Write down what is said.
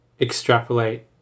extrapolate